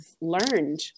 learned